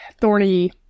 thorny